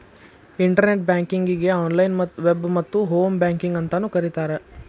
internet ಬ್ಯಾಂಕಿಂಗಗೆ online web ಮತ್ತ home banking ಅಂತಾನೂ ಕರಿತಾರ